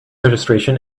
registration